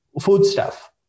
foodstuff